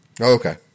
Okay